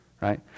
Right